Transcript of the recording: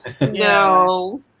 No